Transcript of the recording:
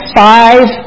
five